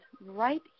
right